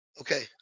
okay